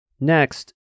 Next